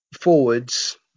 forwards